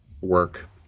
work